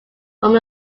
from